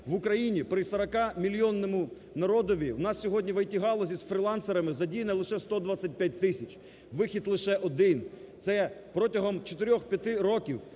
В Україні при 40-мільйонному народові у нас сьогодні в ІТ-галузі з фрілансерами задіяно лише 125 тисяч. Вихід лише один – це протягом 4-5 років